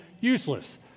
useless